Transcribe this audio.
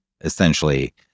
essentially